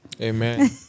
Amen